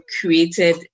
created